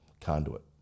conduit